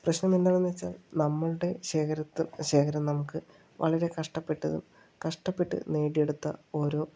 പ്രശ്നം എന്താണെന്ന് വെച്ചാൽ നമ്മളുടെ ശേഖരത്തെ ശേഖരം നമുക്ക് വളരെ കഷ്ടപ്പെട്ടത് കഷ്ടപ്പെട്ട് നേടിയെടുത്ത ഓരോ